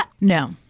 No